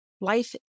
Life